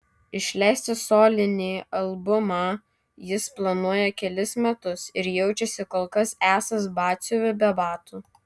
išleisti solinį albumą jis planuoja kelis metus ir jaučiasi kol kas esąs batsiuviu be batų